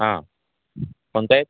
ହଁ ପଞ୍ଚାୟତ